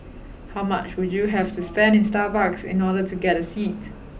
how much would you have to spend in Starbucks in order to get a seat